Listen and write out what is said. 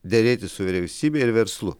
derėtis su vyriausybe ir verslu